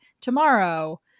tomorrow